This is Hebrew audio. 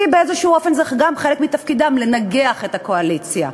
כי באיזה אופן זה גם חלק מתפקידם: לנגח את הקואליציה.